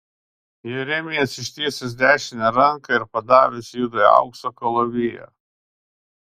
jeremijas ištiesęs dešinę ranką ir padavęs judui aukso kalaviją